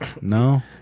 No